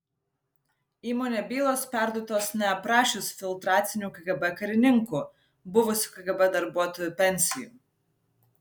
įmonė bylos perduotos neaprašius filtracinių kgb karininkų buvusių kgb darbuotojų pensijų